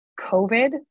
COVID